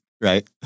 right